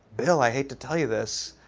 bill, i hate to tell you this,